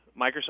Microsoft